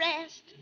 rest